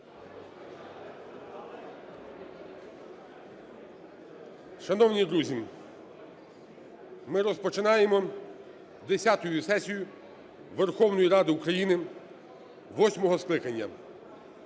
Шановні друзі, ми розпочинаємо десяту сесію Верховної Ради України восьмого скликання